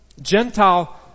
Gentile